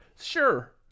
Sure